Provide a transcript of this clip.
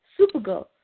Supergirl